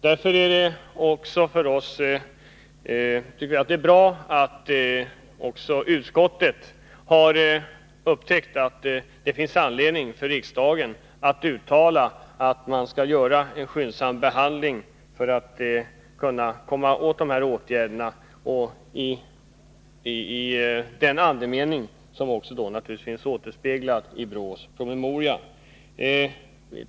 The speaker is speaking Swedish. Därför tycker jag att det är bra att även utskottet har upptäckt att det finns anledning för riksdagen att uttala att man bör företa en skyndsam behandling för att komma åt brottsligheten och då naturligtvis behandla frågan i den anda som återspeglas i BRÅ:s promemoria.